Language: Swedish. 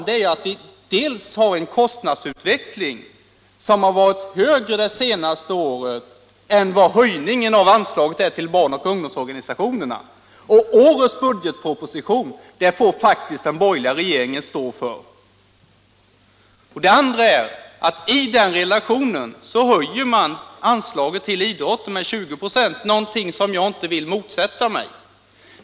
För det första har vi en kostnadsutveckling som varit högre det senaste året än vad höjningen av anslaget till barn och ungdomsorganisationerna är. Och årets budgetproposition får faktiskt den borgerliga regeringen stå för! För det andra höjer man — i den relationen — anslaget till idrotten med 20 926; något som jag inte vill motsätta mig.